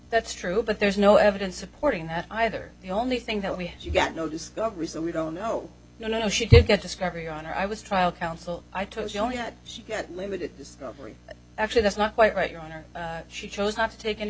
that's true but there's no evidence supporting that either the only thing that we had you got no discovery so we don't know you know she did get discovery on her i was trial counsel i told you only that she got limited discovery actually that's not quite right your honor she chose not to take any